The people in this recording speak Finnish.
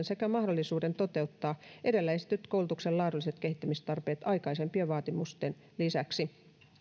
sekä mahdollisuuden toteuttaa edellä esitetyt koulutuksen laadulliset kehittämistarpeet aikaisempien vaatimusten lisäksi